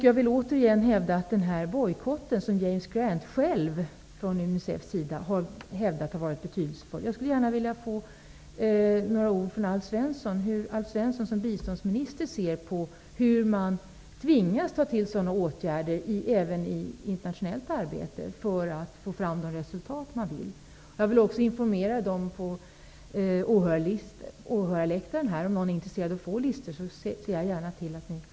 Jag vill återigen ta upp den bojkott som James Grant från Unicefs sida har hävdat har varit betydelsefull. Jag skulle vilja veta hur Alf Svensson som biståndsminister ser på hur man tvingas ta till sådana åtgärder även i internationellt arbete för att få fram de resultat man vill. Jag vill också informera dem som sitter på åhörarläktaren om att de som är intresserade kan få listor av mig.